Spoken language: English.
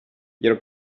your